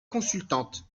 consultante